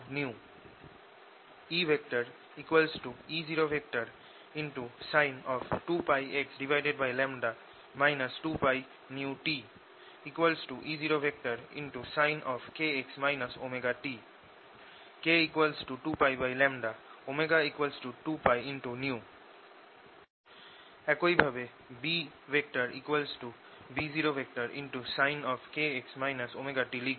E E0sin 2πx 2πt E0sin⁡kx ωt k 2π ω 2π একইভাবে B B0sin⁡kx ωt লিখব